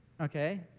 okay